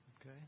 Okay